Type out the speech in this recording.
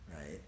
right